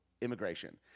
immigration